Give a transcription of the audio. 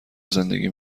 زندگی